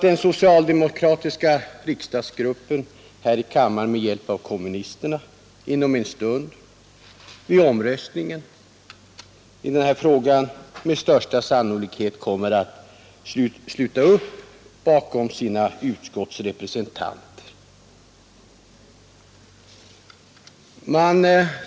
Den socialdemokratiska riksdagsgruppen här i kammaren kommer vid omröstningen i denna fråga om en stund med största sannolikhet att sluta upp bakom sina utskottsrepresentanter och med hjälp av kommunisterna driva igenom utskottsmajoritetens förslag.